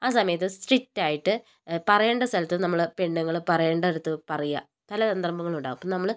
ആ സമയത്ത് സ്ട്രിക്ട് ആയിട്ട് പറയേണ്ട സ്ഥലത്ത് നമ്മൾ പെണ്ണുങ്ങൾ പറയേണ്ടടത്ത് പറയ പല സന്ദർഭങ്ങളും ഉണ്ടാവും അപ്പോൾ നമ്മൾ